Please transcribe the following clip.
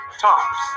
Tops